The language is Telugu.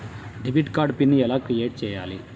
డెబిట్ కార్డు పిన్ ఎలా క్రిఏట్ చెయ్యాలి?